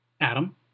Adam